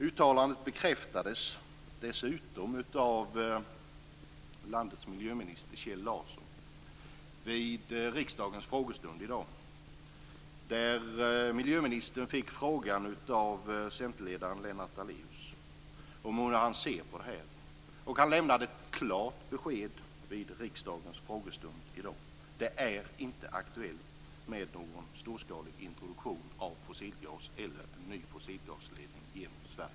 Uttalandet bekräftades dessutom av landets miljöminister, Kjell Larsson, vid riksdagens frågestund i dag. Miljöministern fick av centerledaren Lennart Daléus frågan om hur han ser på det här. Han lämnade ett klart besked vid riksdagens frågestund i dag: Det är inte aktuellt med någon storskalig introduktion av fossilgas eller en ny fossilgasledning genom Sverige.